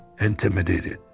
intimidated